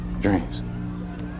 Dreams